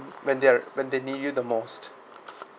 when they're when they need you the most